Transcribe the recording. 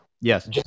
Yes